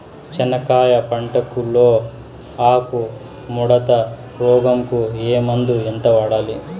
చెనక్కాయ పంట లో ఆకు ముడత రోగం కు ఏ మందు ఎంత వాడాలి?